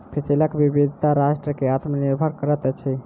फसिलक विविधता राष्ट्र के आत्मनिर्भर करैत अछि